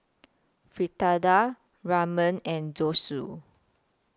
Fritada Ramen and Zosui